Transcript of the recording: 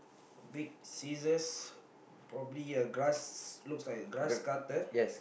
big scissors probably a grass looks like grass cutter